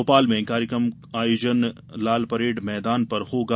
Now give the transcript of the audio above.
भोपाल में कार्यक्रम का आयोजन लाल परैड मैदान में होगा